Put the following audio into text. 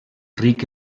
ric